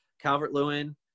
Calvert-Lewin